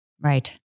Right